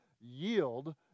yield